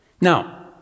now